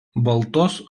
baltos